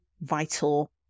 vital